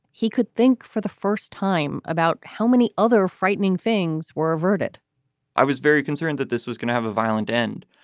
he could think for the first time about how many other frightening things were averted i was very concerned that this was going to have a violent end.